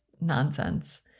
nonsense